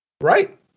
Right